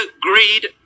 greed